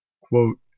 quote